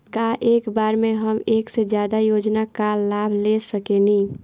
का एक बार में हम एक से ज्यादा योजना का लाभ ले सकेनी?